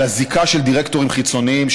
הוא הזיקה של דירקטורים חיצוניים,